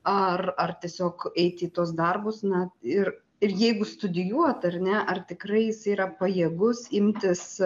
ar tiesiog eiti į tuos darbus na ir ir jeigu studijuot ar ne ar tikrai jis yra pajėgus imtis